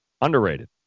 Underrated